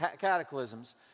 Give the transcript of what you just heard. cataclysms